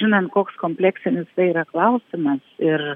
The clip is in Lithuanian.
žinant koks kompleksinis tai yra klausimas ir